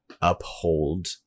uphold